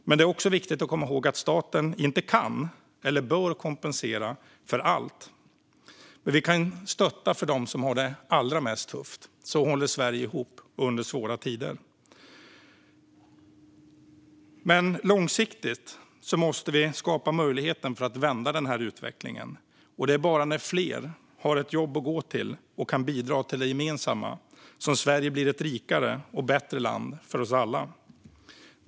Det är viktigt att komma ihåg att staten inte kan eller bör kompensera för allt. Vi kan dock stötta dem som har det allra tuffast, för så håller Sverige ihop under svåra tider. Men långsiktigt måste vi skapa möjligheten att vända utvecklingen, och det är bara när fler har ett jobb att gå till och kan bidra till det gemensamma som Sverige blir ett rikare och bättre land för oss alla.